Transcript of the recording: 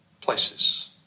places